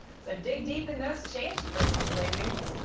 so dig deep in those change purses, ladies.